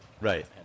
right